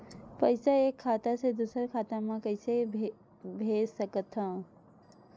पईसा एक खाता से दुसर खाता मा कइसे कैसे भेज सकथव?